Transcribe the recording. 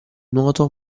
nuoto